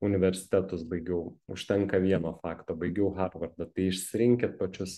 universitetus baigiau užtenka vieno fakto baigiau harvardą išsirinkit pačius